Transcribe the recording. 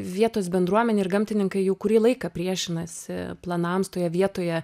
vietos bendruomenė ir gamtininkai jau kurį laiką priešinasi planams toje vietoje